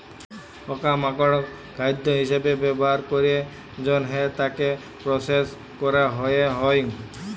পকা মাকড় খাদ্য হিসবে ব্যবহার ক্যরের জনহে তাকে প্রসেস ক্যরা হ্যয়ে হয়